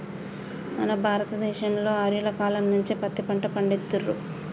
మన భారత దేశంలో ఆర్యుల కాలం నుంచే పత్తి పంట పండిత్తుర్రు